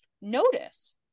notice